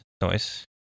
noise